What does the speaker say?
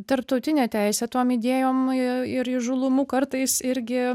tarptautinė teisė tom idėjom ir įžūlumu kartais irgi